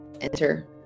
enter